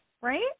right